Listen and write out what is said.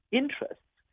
interests